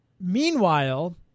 Meanwhile